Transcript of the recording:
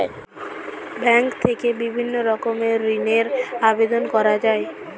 bank থেকে বিভিন্ন রকমের ঋণের আবেদন করা যায়